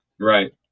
Right